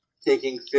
taking